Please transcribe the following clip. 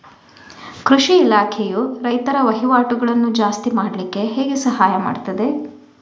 ಕೃಷಿ ಇಲಾಖೆಯು ರೈತರ ವಹಿವಾಟುಗಳನ್ನು ಜಾಸ್ತಿ ಮಾಡ್ಲಿಕ್ಕೆ ಹೇಗೆ ಸಹಾಯ ಮಾಡ್ತದೆ?